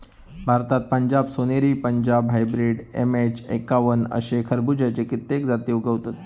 भारतात पंजाब सोनेरी, Punjab hybrid, MH एक्कावन्न अशे खरबुज्याची कित्येक जाती उगवतत